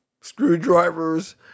screwdrivers